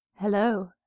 Hello